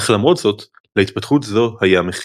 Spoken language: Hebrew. אך למרות זאת, להתפתחות זו היה מחיר.